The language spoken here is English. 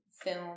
film